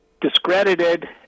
discredited